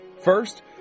First